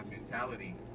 mentality